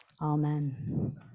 Amen